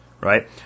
right